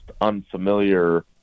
unfamiliar